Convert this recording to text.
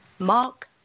mark